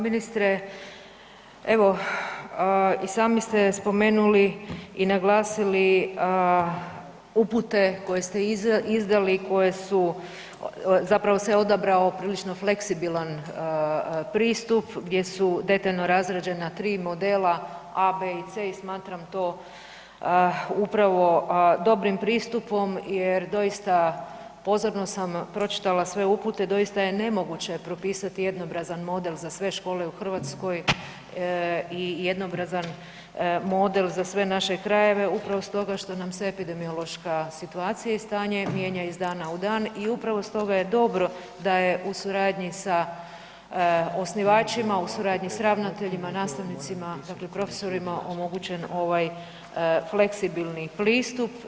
Ministre, evo, i sami ste spomenuli i naglasili upute koje ste izdali koje su zapravo se odabrao prilično fleksibilan pristup gdje su detaljno razrađena tri modela A, B i C i smatram to upravo dobrim pristupom jer doista pozorno sam pročitala sve upute, doista je nemoguće propisati jednobrazan model za sve škole u Hrvatskoj i jednoobrazan model za sve naše krajeve upravo stoga što nam se epidemiološka situacija i stanje mijenja iz dana u dan i upravo stoga je dobro da je u suradnji sa osnivačima, u suradnji s ravnateljima, nastavnicima dakle profesorima, omogućen ovaj fleksibilni pristup.